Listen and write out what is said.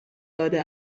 داده